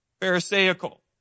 pharisaical